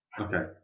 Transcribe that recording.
Okay